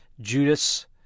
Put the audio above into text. Judas